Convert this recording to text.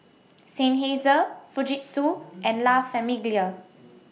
Seinheiser Fujitsu and La Famiglia